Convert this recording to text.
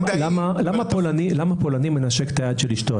למה פולני מנשק את היד של אשתו?